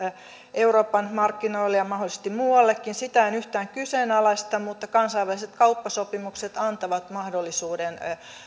euroopan markkinoille ja mahdollisesti muuallekin en yhtään kyseenalaista mutta kansainväliset kauppasopimukset antavat mahdollisuuden